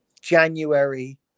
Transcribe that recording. January